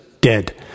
dead